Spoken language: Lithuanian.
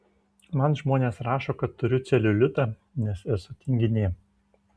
man žmonės rašo kad turiu celiulitą nes esu tinginė